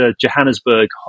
johannesburg